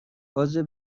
عضو